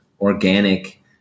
organic